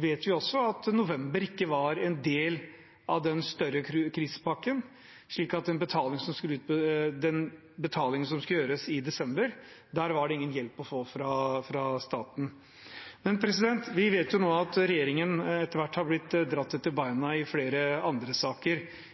vet vi også at november ikke var en del av den større krisepakken, slik at for den betalingen som skulle gjøres i desember, var det ingen hjelp å få fra staten. Vi vet jo nå at regjeringen etter hvert har blitt dratt etter beina i flere andre saker.